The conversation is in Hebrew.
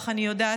כך אני יודעת,